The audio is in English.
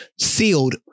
sealed